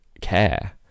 care